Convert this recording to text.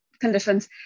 conditions